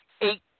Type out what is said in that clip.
eight